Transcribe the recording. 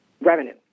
revenue